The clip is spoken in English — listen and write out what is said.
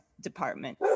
department